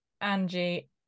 Angie